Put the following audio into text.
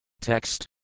Text